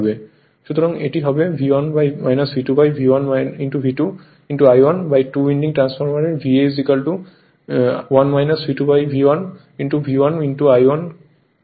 সুতরাং এটি হবে V1 V2V1 V1 I1 বা টু উইন্ডিং ট্রান্সফরমার এর VA 1 V2V1 V1 I1 হবে